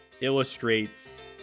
illustrates